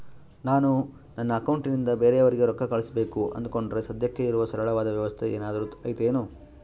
ನಾನು ನನ್ನ ಅಕೌಂಟನಿಂದ ಬೇರೆಯವರಿಗೆ ರೊಕ್ಕ ಕಳುಸಬೇಕು ಅಂದುಕೊಂಡರೆ ಸದ್ಯಕ್ಕೆ ಇರುವ ಸರಳವಾದ ವ್ಯವಸ್ಥೆ ಏನಾದರೂ ಐತೇನು?